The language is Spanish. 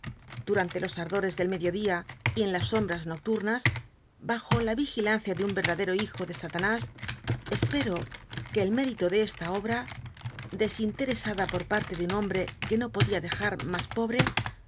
duranlc los ardores del medio dia y en las sombras nocturnas bajo la vigilancia de un ycrdaclcro hijo de satanlis espero que el mérito de csla obra clcsinlercsa da por partc de un hombre juc ljuc no podía dejat mas pobr e